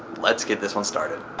let's get this one started.